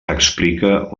explica